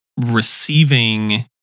receiving